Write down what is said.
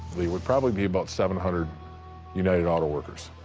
would probably be about seven hundred united auto workers.